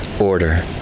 order